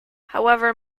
however